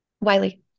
Wiley